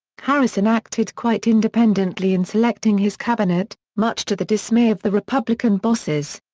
harrison acted quite independently in selecting his cabinet, much to the dismay of the republican bosses.